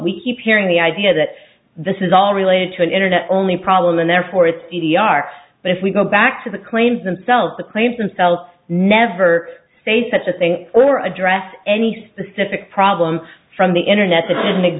we keep hearing the idea that this is all related to an internet only problem and therefore it's d d r but if we go back to the claims themselves the claims themselves never say such a thing or address any specific problem from the internet